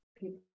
people